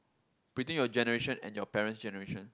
between your generation and your parent's generation